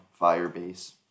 Firebase